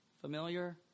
Familiar